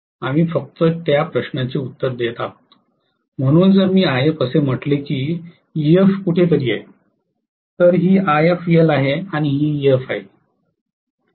आम्ही फक्त त्या प्रश्नाचे उत्तर देत आहोत म्हणून जर मी If असे म्हटले असेल की Ef कुठेतरी आहे तर ही Ifl आहे आणि ही Ef आहे